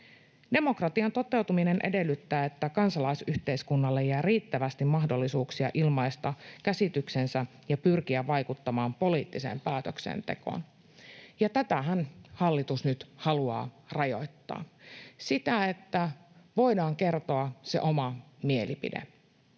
Demokratian toteutuminen edellyttää, että kansalaisyhteiskunnalle jää riittävästi mahdollisuuksia ilmaista käsityksensä ja pyrkiä vaikuttamaan poliittiseen päätöksentekoon, ja tätähän hallitus nyt haluaa rajoittaa, sitä, että voidaan kertoa se oma mielipide.